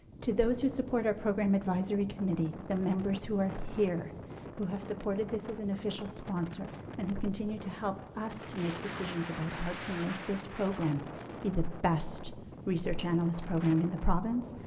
to those who support our program advisory committee, the members who are here who have supported this as an official sponsor and who continue to help us to make decisions about how to make this program be the best research analyst program in the province,